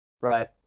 right